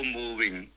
moving